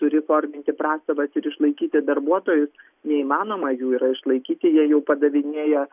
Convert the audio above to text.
turi forminti prastovas ir išlaikyti darbuotojus neįmanoma jų yra išlaikyti jie jau padavinėja